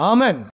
Amen